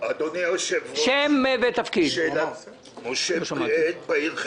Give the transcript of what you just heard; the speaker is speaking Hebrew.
אחר כך הוא היה "קנאביס" ואחר כך "קנאביס רפואי".